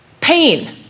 Pain